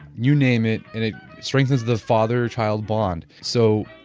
you name it, and it strengthened the father-child bond. so,